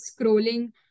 scrolling